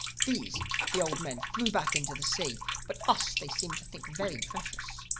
these the old men threw back into the sea but us they seemed to think very precious.